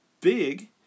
big